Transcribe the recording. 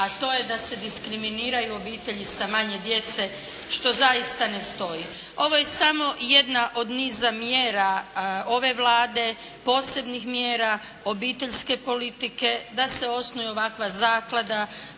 a to je da se diskriminiraju obitelji sa manje djece što zaista ne stoji. Ovo je samo jedna od niza mjera ove Vlade, posebnih mjera, obiteljske politike da se osnuje ovakva zaklada